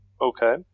okay